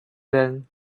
then